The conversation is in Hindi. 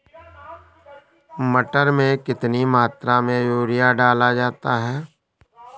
मटर में कितनी मात्रा में यूरिया डाला जाता है?